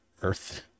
Earth